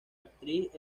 actriz